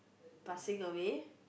passing away